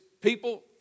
people